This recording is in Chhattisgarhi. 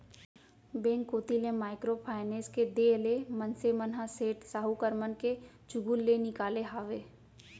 बेंक कोती ले माइक्रो फायनेस के देय ले मनसे मन ह सेठ साहूकार मन के चुगूल ले निकाले हावय